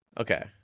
Okay